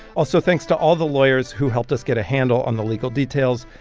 also, thanks to all the lawyers who helped us get a handle on the legal details,